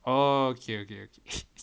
oh okay okay okay